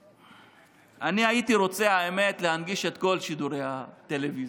האמת, הייתי רוצה להנגיש את כל שידורי הטלוויזיה.